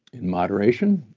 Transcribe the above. in moderation,